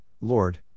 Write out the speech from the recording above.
Lord